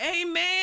Amen